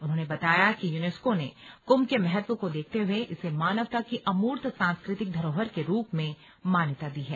उन्होंने बताया कि यूनेस्को ने कुंभ के महत्व को देखते हुए इसे मानवता की अमूर्त सांस्कृतिक धरोहर के रूप में मान्यता दी है